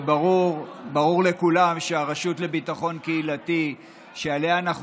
וברור לכולם שהרשות לביטחון קהילתי שעליה אנחנו